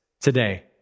today